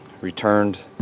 Returned